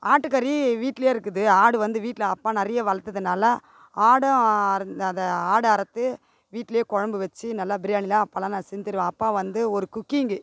ஆட்டுக்கறி வீட்லேயே இருக்குது ஆடு வந்து வீட்டில் அப்பா நிறைய வளர்த்ததுனால ஆடு அதை ஆட்ட அறுத்து வீட்லேயே குழம்பு வச்சு நல்லா பிரியாணிலாம் அப்போலாம் நான் செஞ்சுத் தருவேன் அப்பா வந்து ஒரு குக்கிங்கு